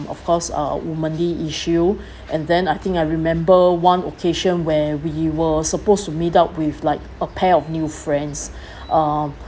of course uh womanly issue and then I think I remember one occasion where we were supposed to meet up with like a pair of new friends um